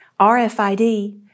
RFID